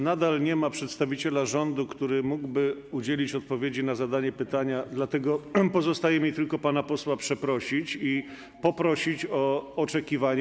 Nadal nie ma przedstawiciela rządu, który mógłby udzielić odpowiedzi na zadane pytanie, dlatego pozostaje mi tylko pana posła przeprosić i poprosić o oczekiwanie.